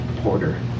Porter